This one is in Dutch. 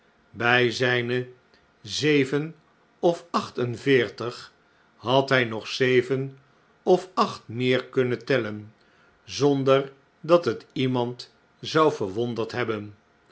bij zijne zeven of acht en veertig had hij nog zeven of acht meer kunnen tellen zonder dat het iemand zou verwonderd hebben